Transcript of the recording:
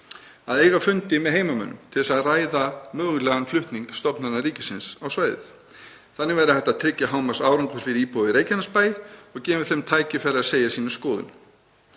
að eiga fundi með heimamönnum til að ræða mögulegan flutning stofnana ríkisins á svæðið. Þannig væri hægt að tryggja hámarksárangur fyrir íbúa í Reykjanesbæ og gefa þeim tækifæri á að segja sína skoðun.